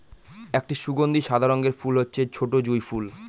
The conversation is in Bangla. একটি সুগন্ধি সাদা রঙের ফুল হচ্ছে ছোটো জুঁই ফুল